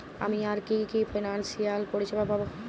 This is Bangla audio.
আমি আর কি কি ফিনান্সসিয়াল পরিষেবা পাব?